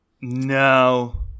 No